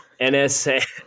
NSA